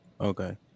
Okay